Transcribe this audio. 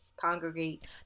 Congregate